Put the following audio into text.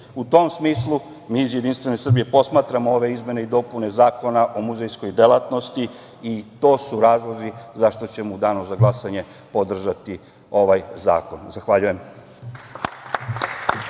U tom smislu, mi iz Jedinstvene Srbije posmatramo ove izmene i dopune Zakona o muzejskoj delatnosti i to su razlozi zašto ćemo u danu za glasanje podržati ovaj zakon. Zahvaljujem.